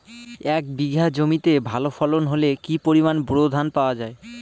এক বিঘা জমিতে ভালো ফলন হলে কি পরিমাণ বোরো ধান পাওয়া যায়?